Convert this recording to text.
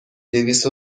دویست